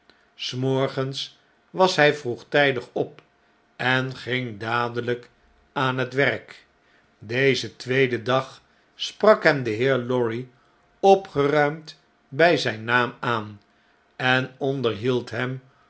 s morgens was hy vroegtijdig op en ging dadeiyk aan het werk dezen tweeden dag sprak hem de heer lorry opgeruimd by zy'n naam aan en onderhield hem